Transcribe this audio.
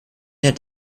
der